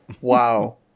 Wow